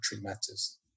matters